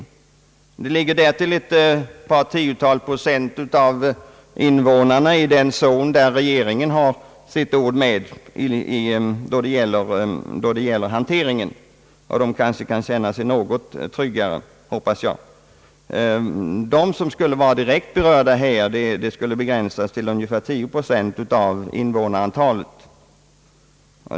Därtill ligger ett par tiotal procent av invånarna i den zon för vilken regeringen har sitt ord med i laget. Jag hoppas att de kan känna sig i någon mån trygga. De direkt berörda skulle begränsas till ungefär 10 procent av invånarantalet.